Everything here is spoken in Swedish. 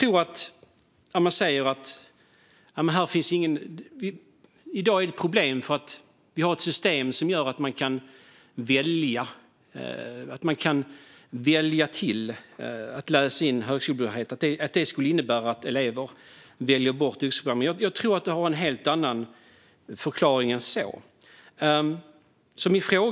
Det sägs att det i dag är problem för att vi har ett system som gör att man kan välja till att läsa in högskolebehörighet och att det skulle innebära att elever väljer bort yrkesprogram. Jag tror att det har en helt annan förklaring.